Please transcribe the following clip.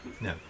No